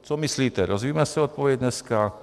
Co myslíte, dozvíme se odpověď dneska?